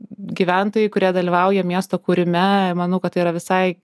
gyventojai kurie dalyvauja miesto kūrime manau kad tai yra visai